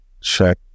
Check